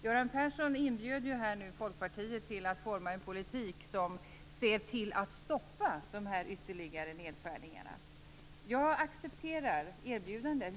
Göran Persson inbjöd nu här Folkpartiet till att forma en politik som ser till att stoppa de ytterligare nedskärningarna. Jag accepterar erbjudandet.